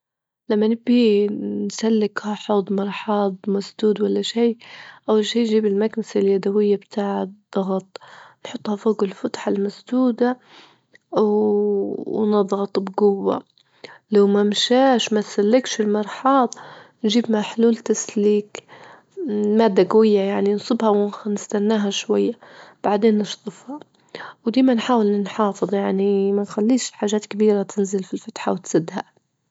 لما نبي نسلك حوض مرحاض مسدود ولا شي أول شي جيب المكنسة اليدوية بتاع الضغط نحطها فوج الفتحة المسدودة ونضغط بجوة، لو ما مشاش، ما تسلكش المرحاض نجيب محلول تسليك، مادة جوية يعني نصبها ونستناها شوية، بعدين نشطفها، وديما نحاول نحافظ يعني ما نخليش حاجات كبيرة تنزل في الفتحة وتسدها.